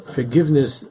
Forgiveness